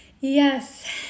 yes